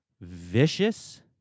vicious